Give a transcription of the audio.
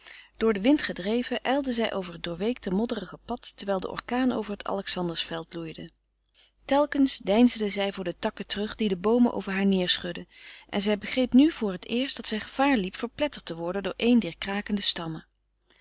door den wind gedreven ijlde zij over het doorweekte modderige pad terwijl de orkaan over het alexandersveld loeide telkens deinsde zij voor de takken terug die de boomen over haar neerschudden en zij begreep nu voor het eerst dat zij gevaar liep verpletterd te worden door een dier krakende stammen